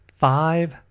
five